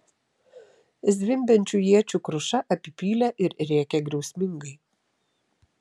zvimbiančių iečių kruša apipylė ir rėkė griausmingai